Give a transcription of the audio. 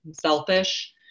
selfish